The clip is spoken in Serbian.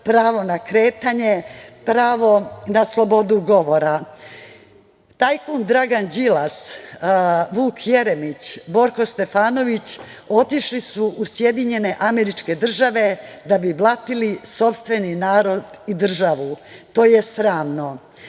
pravo na kretanje, pravo na slobodu govora. Tajkun Dragan Đilas, Vuk Jeremić, Borko Stefanović, otišli su u SAD da bi blatili sopstveni narod i državu. To je sramno.